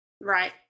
Right